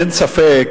אין ספק